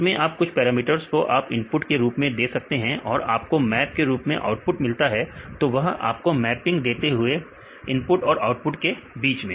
इसमें आप कुछ पैरामीटर्स को आप इनपुट के रूप में देते हैं और आपको मैप के रूप में आउटपुट मिलता है तो वह आपको मैपिंग देते हैं इनपुट और आउटपुट के बीच में